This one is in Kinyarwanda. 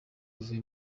uvuye